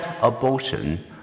abortion